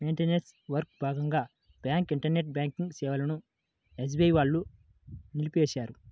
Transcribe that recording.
maintenance వర్క్లో భాగంగా bank internet banking సేవలను ఎస్బీఐ వాళ్ళు నిలిపేశారు